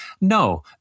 no